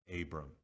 Abram